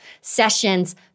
sessions